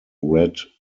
red